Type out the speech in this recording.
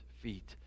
feet